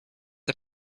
the